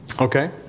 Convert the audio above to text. Okay